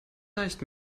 leicht